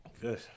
Good